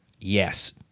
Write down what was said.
Yes